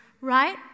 right